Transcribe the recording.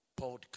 podcast